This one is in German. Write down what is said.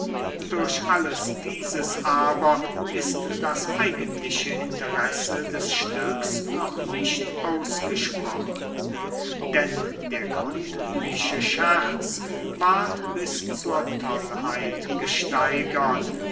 durch alles dieses aber ist das eigentliche interesse des stücks noch nicht ausgesprochen denn der gründliche scherz ward bis zur tollheit gesteigert